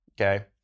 okay